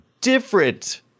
different